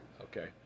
Okay